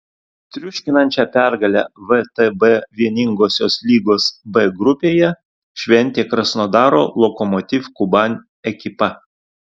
triuškinančią pergalę vtb vieningosios lygos b grupėje šventė krasnodaro lokomotiv kuban ekipa